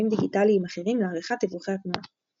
דיגיטליים אחרים לעריכת דיווחי התנועה.